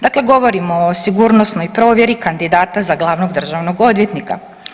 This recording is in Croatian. Dakle, govorimo o sigurnosnoj provjeri kandidata za glavnog državnog odvjetnika.